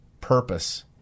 purpose